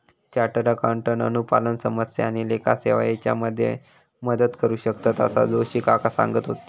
chartered accountant अनुपालन समस्या आणि लेखा सेवा हेच्यामध्ये मदत करू शकतंत, असा जोशी काका सांगत होते